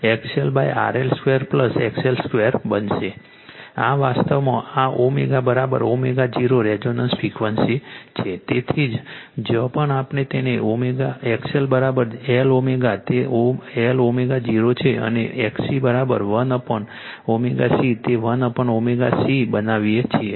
આ વાસ્તવમાં આ ω ω0 રેઝોનન્સ ફ્રિક્વન્સી છે તેથી જ જ્યાં પણ આપણે તેને XL Lω તે Lω0 છે અને XC 1ω C તે 1ω0 C બનાવીએ છીએ